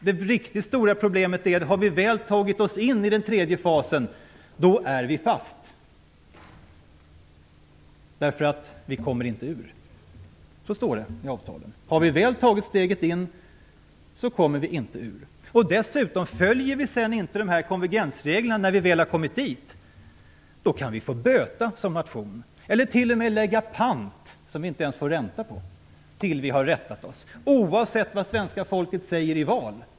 Det riktigt stora problemet är att när vi väl tagit oss in i den tredje fasen är vi fast. Vi kommer inte ur. Så står det i avtalet. Har vi väl tagit oss in kommer vi inte ur. Om vi dessutom inte följer konvergensreglerna kan vi få böta som nation eller t.o.m. lägga pant som vi inte får ränta på innan vi rättat oss, oavsett vad svenska folket säger i val.